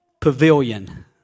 pavilion